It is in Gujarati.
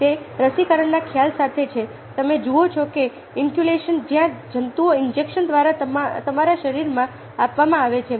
તો રસીકરણના ખ્યાલ સાથે જે તમે જુઓ છો કે ઇનોક્યુલેશનજ્યાં જંતુઓ ઇન્જેક્શન દ્વારા તમારા શરીરમાં આપવામાં આવે છે